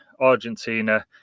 Argentina